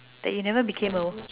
that you never became though